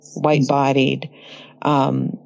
white-bodied